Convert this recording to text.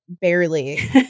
Barely